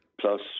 plus